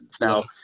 now